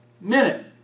minute